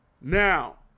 Now